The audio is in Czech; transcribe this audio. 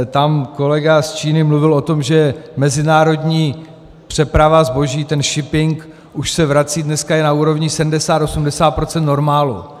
Tam kolega z Číny mluvil o tom, že mezinárodní přeprava zboží, ten shipping, už se vrací, dneska je na úrovni 70, 80 % normálu.